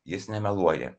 jis nemeluoja